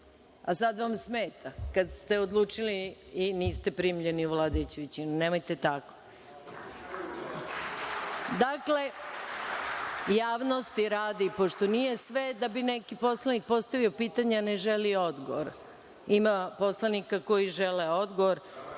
a sada vam smeta kada ste odlučili i niste primljeni u vladajuću većinu. Nemojte tako. Dakle, javnosti radi, pošto nije sve da bi neki poslanik postavio pitanje, a ne želi odgovor, ima poslanika koji žele odgovor.